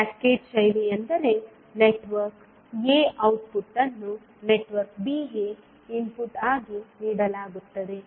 cascade ಶೈಲಿ ಎಂದರೆ network A output ಅನ್ನು ನೆಟ್ವರ್ಕ್ b ಗೆ ಇನ್ಪುಟ್ ಆಗಿ ನೀಡಲಾಗುತ್ತದೆ